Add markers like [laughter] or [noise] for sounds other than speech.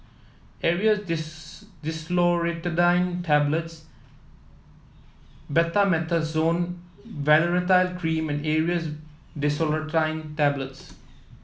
Aerius [unintelligible] DesloratadineTablets Betamethasone Valerate Cream and Aerius DesloratadineTablets